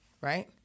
right